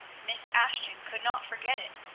miss ashton could not forget it.